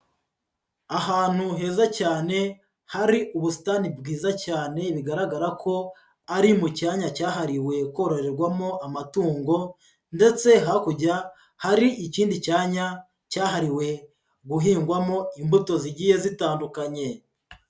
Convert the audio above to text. Ahantu heza cyane hari ubusitani bwiza cyane, bigaragara ko ari mu cyanya cyahariwe kororerwamo amatungo ndetse hakurya hari ikindi cyanya cyahariwe guhingwamo imbuto zigiye zitandukanye.